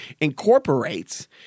incorporates